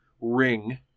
ring